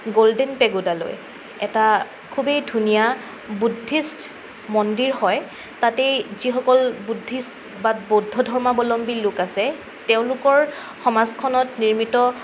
golden পেগোডালৈ এটা খুবেই ধুনীয়া বুদ্ধিষ্ট মন্দিৰ হয় তাতেই যিসকল বুদ্ধিষ্ট বা বৌদ্ধ ধৰ্মাৱলম্বী লোক আছে তেওঁলোকৰ সমাজখনত নিৰ্মিত